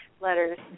letters